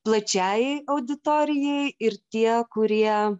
plačiajai auditorijai ir tie kurie